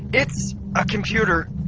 it's a computer!